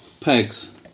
pegs